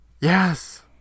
Yes